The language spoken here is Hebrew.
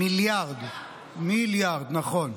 מיליארד, נכון.